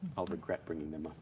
i'll regret bringing them up